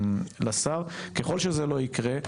ככל שזה לא יקרה,